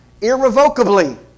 Irrevocably